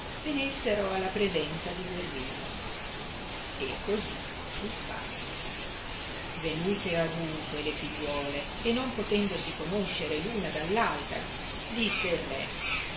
venessero alla presenza di guerrino e così fu fatto venute adunque le figliuole e non potendosi conoscere l una dall altra disse il re